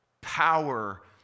Power